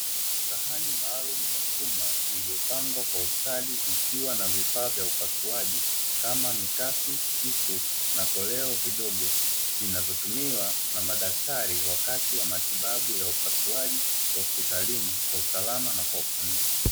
Sahani maalumu ya chuma iliyopangwa kwa ustadi, ikiwa na vifaa vya upasuaji kama mkasi, kisu na koleo vidogo vinavyotumiwa na daktari wakati wa matibabu ya upasuaji hospitalini kwa usalama na kwa ufanisi.